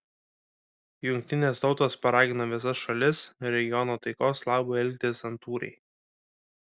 jungtinės tautos paragino visas šalis regiono taikos labui elgtis santūriai